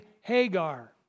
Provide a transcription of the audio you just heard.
Hagar